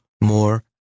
more